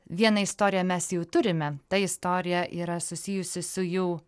vieną istoriją mes jau turime ta istorija yra susijusi su jau